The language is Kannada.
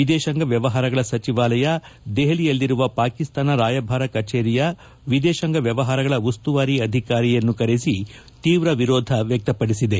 ವಿದೇಶಾಂಗ ವ್ಲವಹಾರಗಳ ಸಚಿವಾಲಯ ದೆಹಲಿಯಲ್ಲಿರುವ ಪಾಕಿಸ್ತಾನ ರಾಯಭಾರಿ ಕಚೇರಿಯ ವಿದೇಶಾಂಗ ಮ್ಲವಹಾರಗಳ ಉಸ್ತುವಾರಿ ಅಧಿಕಾರಿಯನ್ನು ಕರೆಸಿ ತೀವ್ರ ವಿರೋಧ ವ್ಲಕ್ಷಪಡಿಸಿದೆ